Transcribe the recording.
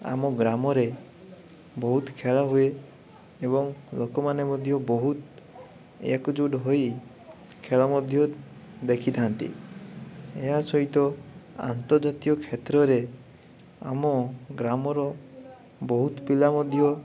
ଆମ ଗ୍ରାମରେ ବହୁତ ଖେଳହୁଏ ଏବଂ ଲୋକମାନେ ମଧ୍ୟ ବହୁତ ଏକଜୁଟ ହୋଇ ଖେଳମଧ୍ୟ ଦେଖିଥାନ୍ତି ଏହା ସହିତ ଆନ୍ତର୍ଜାତୀୟ କ୍ଷେତ୍ରରେ ଆମ ଗ୍ରାମର ବହୁତ ପିଲାମଧ୍ୟ